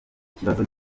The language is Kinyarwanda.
ikibazo